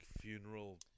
funeral